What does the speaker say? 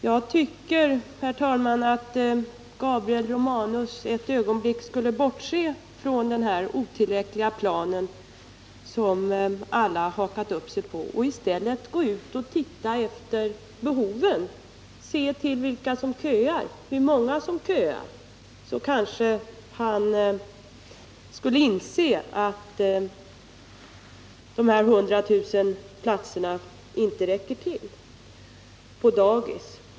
Jag tycker, herr talman, att Gabriel Romanus ett ögonblick bör bortse från den otillräckliga planen som alla hakat upp sig på och i stället gå ut och se på behoven, se vilka och hur många det är som köar. Då kanske Gabriel Romanus inser att de 100 000 daghemsplatserna inte räcker till.